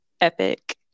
epic